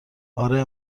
آره